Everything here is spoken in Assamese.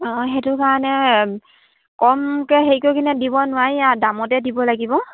অঁ সেইটো কাৰণে কমকৈ হেৰি কৰি কিনে দিব নোৱাৰি আৰু দামতে দিব লাগিব